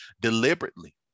deliberately